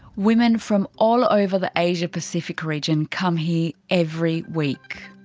women from all over the asia pacific region come here every week.